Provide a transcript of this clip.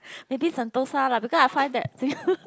maybe sentosa lah because I find that